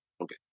okay